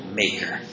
maker